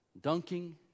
Dunking